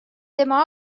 tema